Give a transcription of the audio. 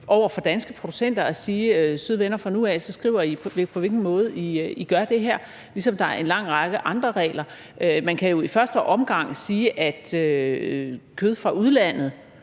over for danske producenter og sige: Søde venner, fra nu af skriver I, på hvilken måde I gør det her – ligesom der er en lang række andre regler. Man kan jo i første omgang sige, at kød fra udlandet